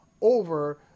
over